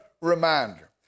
reminder